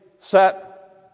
set